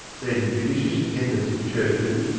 then judicious attendance at churches,